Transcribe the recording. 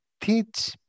teach